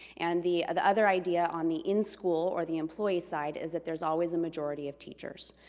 and the the other idea on the in school or the employee side is that there's always a majority of teachers.